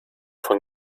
von